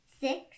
Six